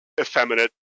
effeminate